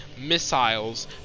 missiles